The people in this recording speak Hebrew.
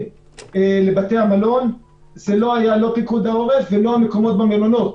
לבתי המלון לא היה פיקוד העורף ולא המקומות במלונות,